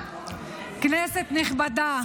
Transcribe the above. כנסת נכבדה,